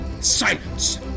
Silence